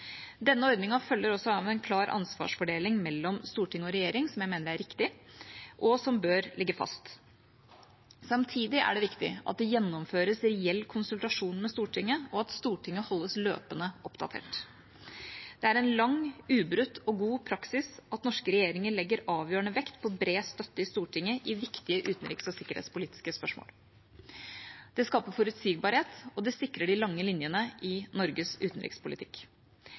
Denne ordningen følger også av en klar ansvarsfordeling mellom storting og regjering, som jeg mener er riktig, og som bør ligge fast. Samtidig er det viktig at det gjennomføres en reell konsultasjon med Stortinget, og at Stortinget holdes løpende oppdatert. Det er en lang, ubrutt og god praksis at norske regjeringer legger avgjørende vekt på bred støtte i Stortinget i viktige utenriks- og sikkerhetspolitiske spørsmål. Det skaper forutsigbarhet, og det sikrer de lange linjene i Norges utenrikspolitikk.